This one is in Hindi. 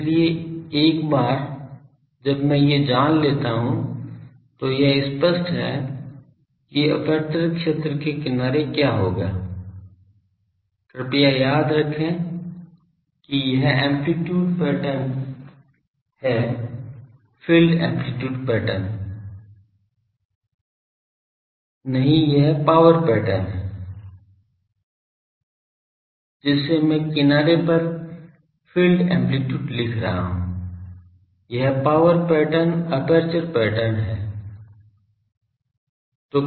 इसलिए एक बार जब मैं ये जान लेता हूं तो यह स्पष्ट है कि एपर्चर क्षेत्र के किनारे क्या होगा कृपया याद रखें कि यह एम्पलीटूड पैटर्न है फ़ील्ड एम्पलीटूड नहीं यह पावर पैटर्न है जिससे मैं किनारे पर फ़ील्ड एम्पलीटूड लिख रहा हूं यह पावर पैटर्न एपर्चर पैटर्न है